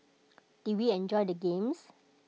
did we enjoyed the games